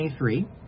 23